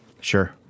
Sure